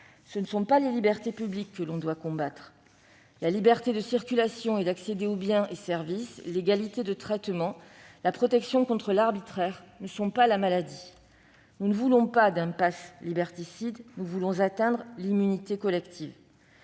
Ce ne sont pas les libertés publiques que l'on doit combattre : la liberté de circulation et d'accès aux biens et aux services, l'égalité de traitement et la protection contre l'arbitraire ne sont pas la maladie ! Nous ne voulons pas d'un passe liberticide. Ce que nous souhaitons, c'est atteindre l'immunité collective-